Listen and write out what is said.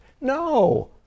no